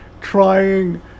trying